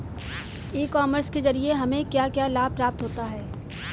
ई commerce के ज़रिए हमें क्या क्या लाभ प्राप्त होता है?